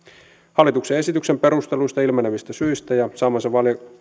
hallituksen esityksen perusteluista ilmenevistä syistä ja